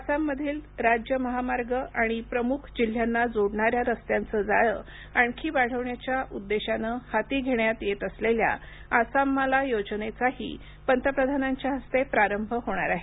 आसाममधील राज्य महामार्ग आणि प्रमुख जिल्ह्यांना जोडणाऱ्या रस्त्यांचं जाळं आणखी वाढविण्याच्या उद्देशानं हाती घेण्यात येत असलेल्या आसाम माला योजनेचाही पंतप्रधानांच्या हस्ते प्रारंभ होणार आहे